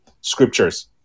scriptures